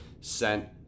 sent